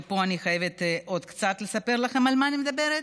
ופה אני חייבת עוד קצת לספר לכם על מה אני מדברת.